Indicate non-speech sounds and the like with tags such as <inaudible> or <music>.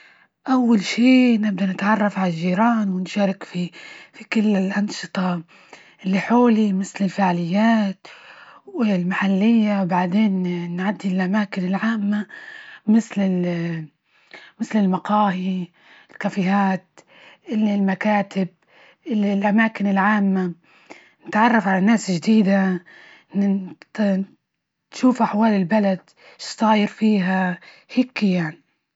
أول شي نبدأ نتعرف عالجيران ونشارك في- في كل الأنشطة إللي حولي مثل الفعاليات والمحلية، وبعدين نعدي الأماكن العامة مثل ال <hesitation> مثل المقاهي، الكافيهات، إللي المكاتب، إللي الأماكن العامة، نتعرف على ناس جديدة. نشوف أحوال البلد إيش صاير فيها، هيكى يعنى